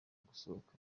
gusohoka